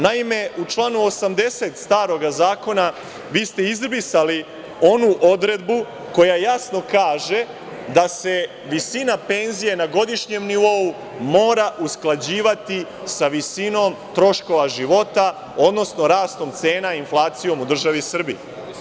Naime, u članu 80. staroga zakona vi ste izbrisali onu odredbu koja jasno kaže da se visina penzije na godišnjem nivou mora usklađivati sa visinom troškova života, odnosno rastom cena i inflacijom u državi Srbiji.